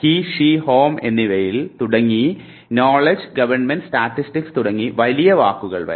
he she home എന്നിവയിൽ തുടങ്ങി knowledge government statistics തുടങ്ങി വലിയ വാക്കുകൾ വരെ